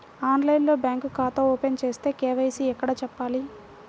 ఆన్లైన్లో బ్యాంకు ఖాతా ఓపెన్ చేస్తే, కే.వై.సి ఎక్కడ చెప్పాలి?